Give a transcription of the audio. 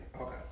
Okay